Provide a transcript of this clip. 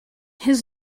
his